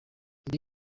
ibi